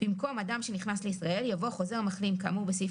במקום אדם שנכנס לישראל יבוא חוזר מחלים כאמור בסעיף